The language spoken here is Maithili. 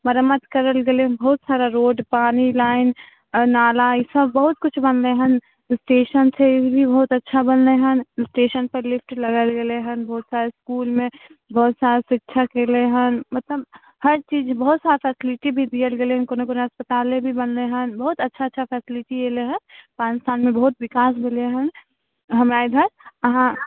मरम्मत करल गेलै बहुत सारा रोड पानी लाइन नाला ईसब बहुत किछु बनलै हँ स्टेशन छै ओ भी बहुत अच्छा बनलै हँ स्टेशनपर लिफ्ट लगाएल गेलै हँ बहुत सारा इसकुलमे बहुत सारा शिक्षक अएलै हँ मतलब हर चीज बहुत सारा फैसिलिटी भी देल गेलै हँ कोनो कोनो अस्पताले भी बनलै हँ बहुत अच्छा अच्छा फैसिलिटी अएले हँ पाँच सालमे बहुत विकास भेलै हँ हमरा इधर अहाँ